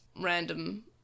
random